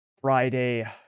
Friday